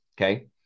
Okay